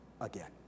again